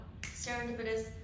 serendipitous